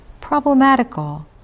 problematical